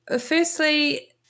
firstly